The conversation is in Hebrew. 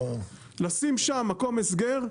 לשים שם מקום הסגר,